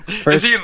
First